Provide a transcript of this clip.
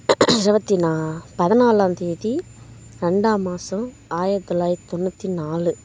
இருபத்தி நா பதினாலாம்தேதி ரெண்டாம் மாதம் ஆயிரத்து தொள்ளாயிரத்து தொண்ணூற்றி நாலு